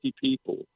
people